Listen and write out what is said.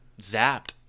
zapped